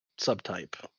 subtype